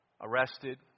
arrested